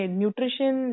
nutrition